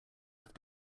have